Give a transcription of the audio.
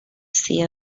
see